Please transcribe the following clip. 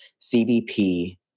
CBP